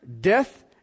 death